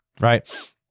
right